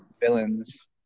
villains